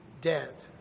dead